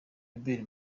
robert